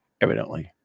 Evidently